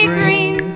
green